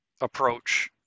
approach